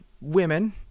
women